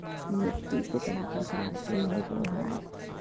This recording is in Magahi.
मिट्टी केतना प्रकार के होबो हाय?